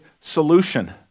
solution